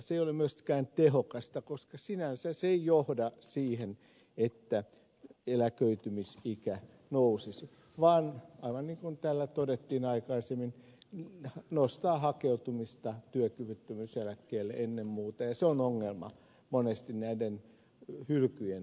se ei ole myöskään tehokasta koska sinänsä se ei johda siihen että eläköitymisikä nousisi vaan aivan niin kuin täällä todettiin aikaisemmin se lisää hakeutumista työkyvyttömyyseläkkeelle ennen muuta ja se on ongelma monesti näiden hylkyjen vuoksi